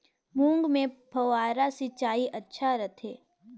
मूंग मे फव्वारा सिंचाई अच्छा रथे?